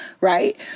Right